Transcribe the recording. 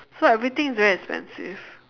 so everything is very expensive